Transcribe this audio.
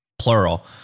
plural